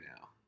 now